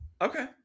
Okay